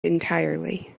entirely